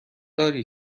داری